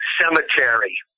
cemetery